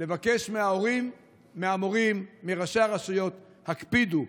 לבקש מההורים, מהמורים, מראשי הרשויות: הקפידו.